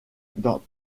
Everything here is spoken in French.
dans